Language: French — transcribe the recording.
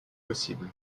possible